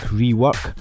rework